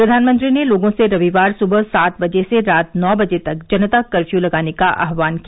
प्रधानमंत्री ने लोगों से रविवार सुबह सात बजे से रात नौ बजे तक जनता कर्फ्यू लगाने का आह्वान किया